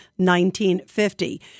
1950